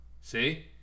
See